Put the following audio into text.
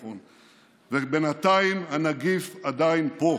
בינתיים הנגיף עדיין פה.